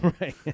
Right